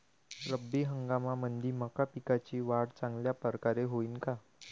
रब्बी हंगामामंदी मका पिकाची वाढ चांगल्या परकारे होईन का?